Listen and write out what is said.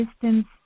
distance